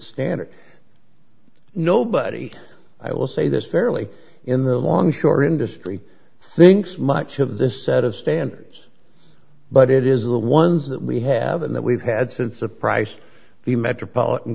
standard nobody i will say this fairly in the longshore industry thinks much of this set of standards but it is the ones that we have and that we've had since the price the metropolitan